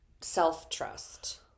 self-trust